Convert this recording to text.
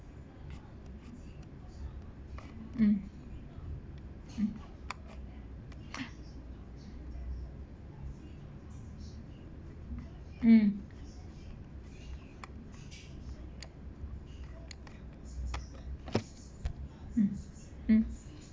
mm mm mm mm mm